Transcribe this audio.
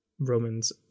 Roman's